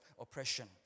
oppression